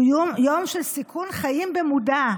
הוא יום של סיכון חיים במודע.